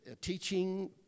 teaching